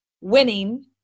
winning